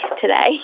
today